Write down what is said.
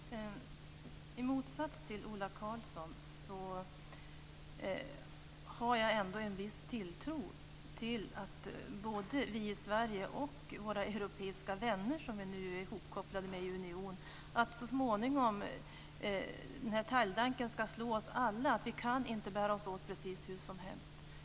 Fru talman! I motsats till Ola Karlsson har jag en viss tilltro till att både vi i Sverige och våra europeiska vänner, som vi nu är hopkopplade med i union, så småningom när talgdanken slår oss alla inser att vi inte kan bära oss åt precis hur som helst.